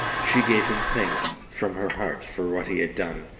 she gave him thanks from her heart for what he had done,